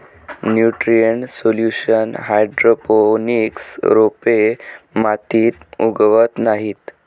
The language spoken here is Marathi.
न्यूट्रिएंट सोल्युशन हायड्रोपोनिक्स रोपे मातीत उगवत नाहीत